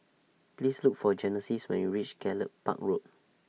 Please Look For Genesis when YOU REACH Gallop Park Road